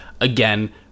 Again